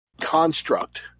construct